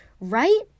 Right